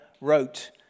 wrote